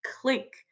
click